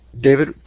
David